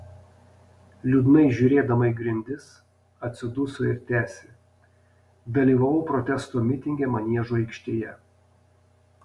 liūdnai žiūrėdama į grindis atsiduso ir tęsė dalyvavau protesto mitinge maniežo aikštėje